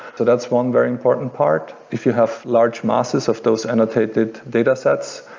so that's one very important part if you have large masses of those annotated datasets,